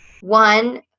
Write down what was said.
one